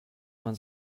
man